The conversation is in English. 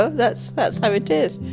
ah that's that's how it is.